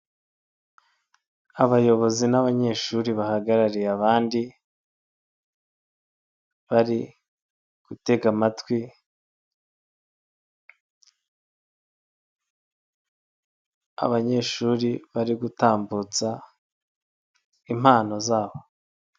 Abayobozi n'abanyeshuri bahagarariye abandi bari gutega amatwi abanyeshuri bari gutambutsa impano zabo.